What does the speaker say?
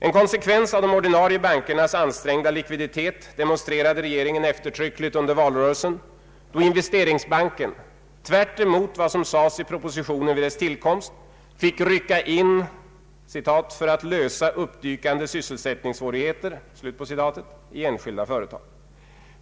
En konsekvens av de ordinarie bankernas ansträngda likviditet demonstrerade regeringen eftertryckligt under valrörelsen, då Investeringsbanken — tvärtemot vad som sades i propositionen vid dess tillkomst — fick rycka in ”för att lösa uppdykande sysselsättningssvårigheter” i enskilda företag.